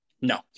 no